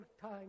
time